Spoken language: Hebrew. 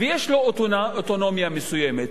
ויש לו אוטונומיה מסוימת.